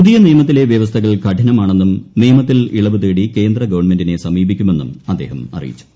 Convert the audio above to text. പുതിയ ന്രിയമത്തിലെ വ്യവസ്ഥകൾ കഠിനമാണെന്നും നിയമത്തിൽ ഇളവ് തേടി കേന്ദ്രഗവൺമെന്റിനെ സമീപിക്കുമെന്നും അദ്ദേഹം അറിയിച്ചു